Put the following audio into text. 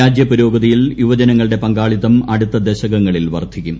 രാജ്യ പുരോഗതിയിൽ യുവജനങ്ങളുടെ പങ്കാളിത്തം അടുത്ത ദശകങ്ങളിൽ വർദ്ധിക്കും